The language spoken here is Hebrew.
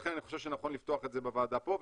לכן אני חושב שנכון לפתוח את זה בוועדה פה.